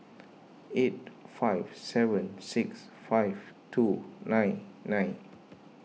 eight five seven six five two nine nine